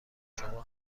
شما